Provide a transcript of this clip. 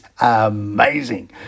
amazing